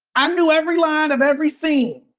i knew every line of every scene.